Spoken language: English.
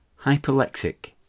Hyperlexic